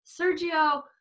Sergio